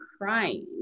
crying